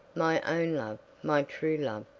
my own love, my true love,